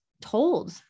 told